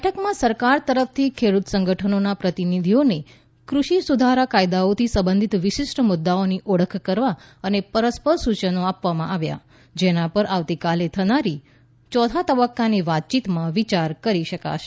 બેઠકમાં સરકાર તરફથી ખેડ્રત સંગઠનોના પ્રતિનિધિઓને કૃષિ સુધારા કાયદાઓથી સંબંધિત વિશિષ્ટ મુદ્દાઓની ઓળખ કરવા અને પરસ્પર સૂચનો આપવામાં આવ્યા જેના પર આવતીકાલે થનારી ચોથા તબક્કાની વાતચીતમાં વિચાર કરી શકાય છે